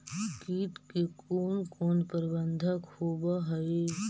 किट के कोन कोन प्रबंधक होब हइ?